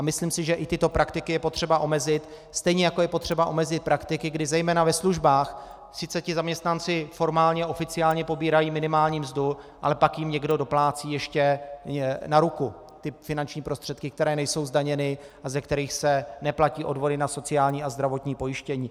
Myslím, že i tyto praktiky je potřeba omezit, stejně jako je potřeba omezit praktiky, kdy zejména ve službách sice ti zaměstnanci formálně oficiálně pobírají minimální mzdu, ale pak jim někdo doplácí ještě na ruku finanční prostředky, které nejsou zdaněny a ze kterých se neplatí odvody na sociální a zdravotní pojištění.